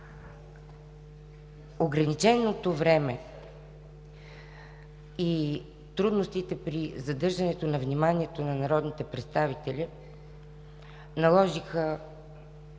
ограниченото време и трудностите при задържането на вниманието на народните представители наложиха